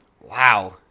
Wow